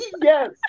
yes